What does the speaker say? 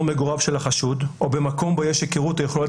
מגוריו של החשוד או במקום בו יש היכרות או יכולת